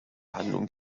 handlung